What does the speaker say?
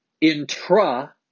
intra